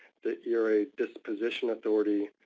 the era disposition authority,